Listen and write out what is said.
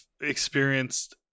experienced